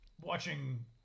watching